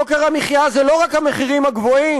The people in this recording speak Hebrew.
יוקר המחיה זה לא רק המחירים הגבוהים,